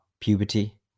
puberty